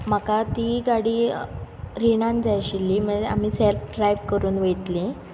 म्हाका ती गाडी रिणान जाय आशिल्ली म्हणजे आमी सेल्फ ड्राय करून वयतलीं